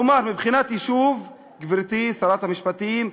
כלומר, מבחינת יישוב, גברתי שרת המשפטים,